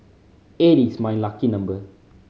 eight is my lucky number